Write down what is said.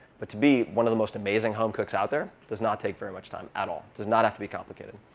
but to be one of the most amazing home cooks out there does not take very much time at all. it does not have to be complicated.